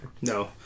No